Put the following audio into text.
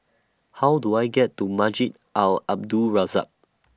How Do I get to Masjid Al Abdul Razak